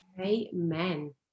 Amen